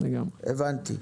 הבנתי.